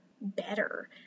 better